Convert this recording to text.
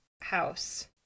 House